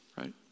right